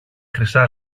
χρυσά